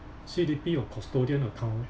C_D_P or custodian account